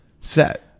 set